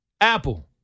Apple